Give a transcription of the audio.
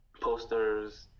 posters